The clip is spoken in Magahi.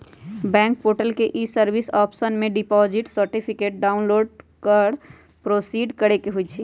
बैंक पोर्टल के ई सर्विस ऑप्शन में से डिपॉजिट सर्टिफिकेट डाउनलोड कर प्रोसीड करेके होइ छइ